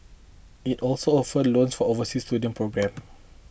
it also offers a loan for overseas student programmes